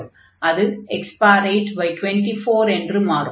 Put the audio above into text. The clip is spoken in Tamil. அது x824 என்று மாறும்